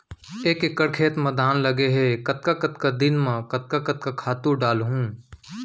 एक एकड़ खेत म धान लगे हे कतका कतका दिन म कतका कतका खातू डालहुँ?